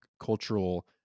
cultural